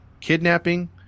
kidnapping